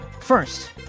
First